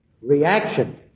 reaction